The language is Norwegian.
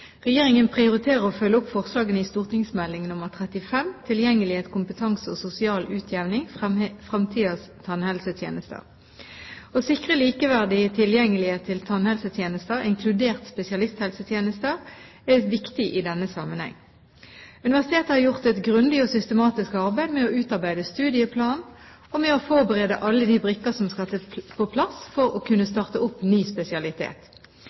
Regjeringen prioriterer å følge opp forslagene i St.meld. nr. 35 for 2006–2007, Tilgjengelighet, kompetanse og sosial utjevning, Framtidas tannhelsetjenester. Å sikre likeverdig tilgjengelighet til tannhelsetjenester, inkludert spesialisttjenester, er viktig i denne sammenhengen. Universitetet har gjort et grundig og systematisk arbeid med å utarbeide studieplan og med å forberede alle de brikker som skal på plass for å kunne starte opp ny spesialitet.